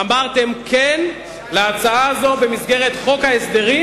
אמרתם "כן" להצעה הזאת במסגרת חוק ההסדרים